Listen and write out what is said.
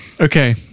Okay